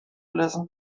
listen